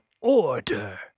order